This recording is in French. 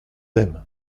aiment